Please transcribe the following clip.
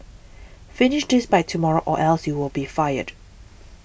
finish this by tomorrow or else you'll be fired